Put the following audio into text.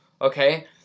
okay